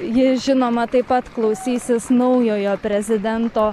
ji žinoma taip pat klausysis naujojo prezidento